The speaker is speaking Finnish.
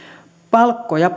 palkkoja